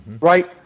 right